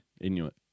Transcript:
Inuit